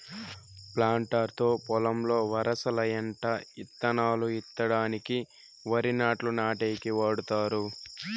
planter తో పొలంలో వరసల ఎంట ఇత్తనాలు ఇత్తడానికి, వరి నాట్లు నాటేకి వాడతారు